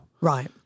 Right